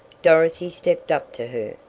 dorothy stepped up to her,